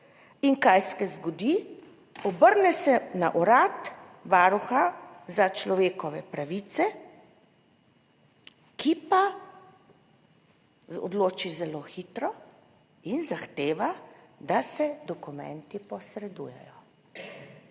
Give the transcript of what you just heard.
In kaj se zgodi? Obrne se na Urad Varuha za človekove pravice, ki pa odloči zelo hitro in zahteva, da se dokumenti posredujejo